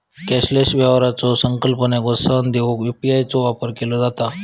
cashless व्यवहाराचा संकल्पनेक प्रोत्साहन देऊक यू.पी.आय चो वापर केला जाता